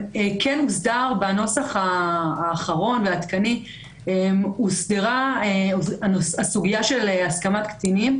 בנוסח האחרון והעדכני הוסדרה הסוגיה של הסכמת קטינים.